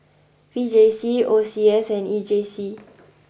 V J C O C S and E J C